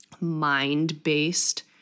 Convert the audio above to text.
mind-based